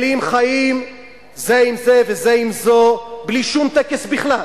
ישראלים חיים זה עם זה וזה עם זו בלי שום טקס בכלל,